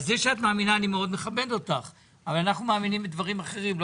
זה שאת מאמינה אני מאוד מכבד אותך אבל אנחנו מאמינים בדברים אחרים.